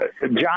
John